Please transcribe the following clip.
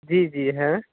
جی جی ہیں